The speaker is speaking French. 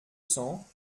cents